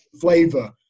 flavor